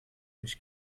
mich